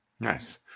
Nice